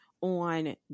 on